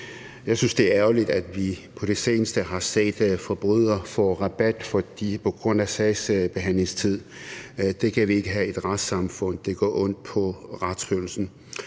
Jeg synes, det er ærgerligt, at vi på det seneste har set forbrydere få rabat på grund af sagsbehandlingstid. Det kan vi ikke have i et retssamfund, det gør ondt på retsfølelsen.